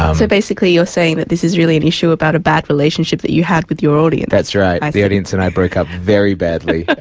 um so basically you're saying that this is really an issue about a bad relationship that you had with your audience? that's right, the audience and i broke up very badly,